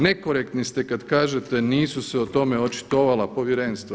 Nekorektni ste kada kažete nisu se o tome očitovala povjerenstva.